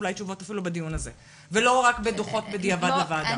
תשובות אפילו בדיון הזה ולא רק בדוחות בדיעבד לוועדה.